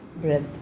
breath